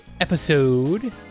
episode